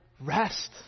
rest